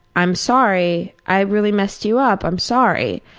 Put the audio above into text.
i'm sorry, i really missed you up. i'm sorry.